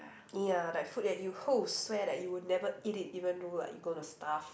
ya like food that you swear that you would never eat it even though like you gonna starve